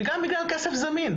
וגם בגלל כסף זמין,